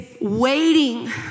waiting